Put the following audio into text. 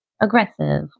aggressive